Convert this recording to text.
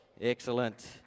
Excellent